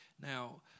Now